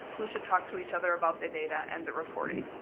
we should talk to each other about the data and the reporting.